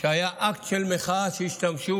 שהיה אקט של מחאה שבו השתמשו